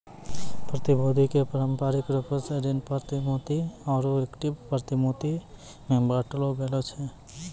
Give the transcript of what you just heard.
प्रतिभूति के पारंपरिक रूपो से ऋण प्रतिभूति आरु इक्विटी प्रतिभूति मे बांटलो गेलो छै